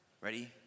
Ready